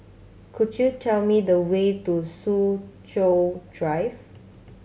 could you tell me the way to Soo Chow Drive